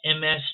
ms